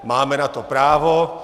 Máme na to právo.